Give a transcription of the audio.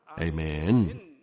Amen